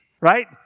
right